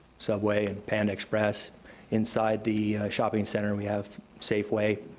subway, and panda express inside the shopping center, we have safeway,